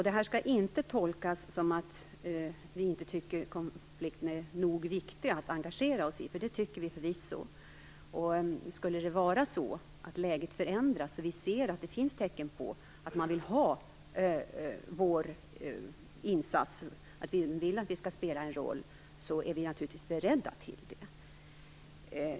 Det här skall inte tolkas som att vi inte tycker att konflikten är nog viktig att engagera oss i, för det tycker vi förvisso. Skulle läget förändras så att vi ser tecken på att man vill att vi skall spela en roll så är vi naturligtvis beredda till det.